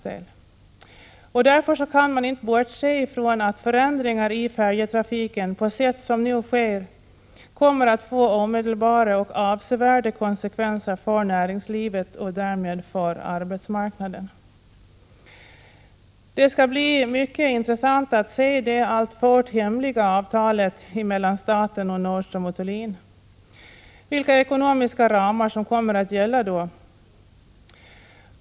Det går därför inte att bortse från att förändringar i färjetrafiken, på sätt som nu sker, kommer att få omedelbara och avsevärda — Prot. 1986/87:127 konsekvenser för näringslivet och därmed för arbetsmarknaden. 20 maj 1987 Det skall bli mycket intressant att se det alltfort hemliga avtalet mellan staten och Nordström & Thulin. Vilka ekonomiska ramar kommer då att gälla?